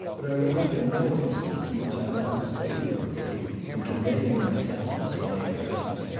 but i remember no instance in which i found the same difficulty in conveying my sentiments, my impressions,